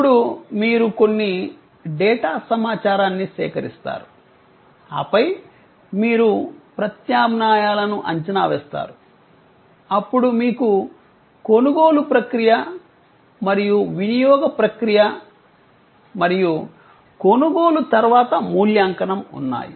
అప్పుడు మీరు కొన్ని డేటా సమాచారాన్ని సేకరిస్తారు ఆపై మీరు ప్రత్యామ్నాయాలను అంచనా వేస్తారు అప్పుడు మీకు కొనుగోలు ప్రక్రియ మరియు వినియోగ ప్రక్రియ మరియు కొనుగోలు తర్వాత మూల్యాంకనం ఉన్నాయి